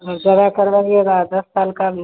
और ज़्यादा करवाइएगा दस साल का